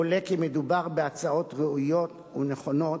עולה כי מדובר בהצעות ראויות ונכונות